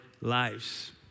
lives